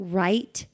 right